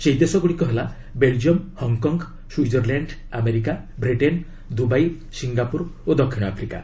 ସେହି ଦେଶଗୁଡ଼ିକ ହେଲା Belgium Hong Kong Switzerland America Britain Dubai Singapore ଓ ଦକ୍ଷିଣ ଆଫ୍ରିକା